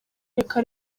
reka